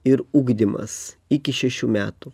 ir ugdymas iki šešių metų